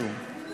זה משהו.